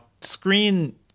screen